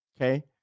Okay